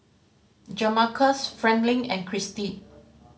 Jamarcus Franklyn and Cristy